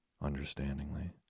understandingly